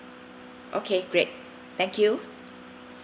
okay great thank you